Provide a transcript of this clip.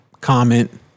comment